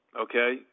Okay